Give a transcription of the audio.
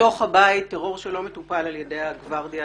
בתוך הבית, טרור שלא מטופל על ידי הגברדיה